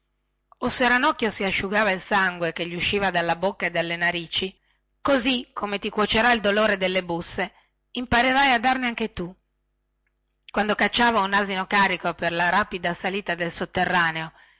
o se ranocchio si asciugava il sangue che gli usciva dalla bocca e dalle narici così come ti cuocerà il dolore delle busse imparerai a darne anche tu quando cacciava un asino carico per la ripida salita del sotterraneo